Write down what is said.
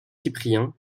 cyprien